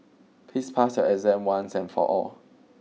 please pass your exam once and for all